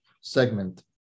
segment